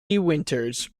winters